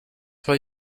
why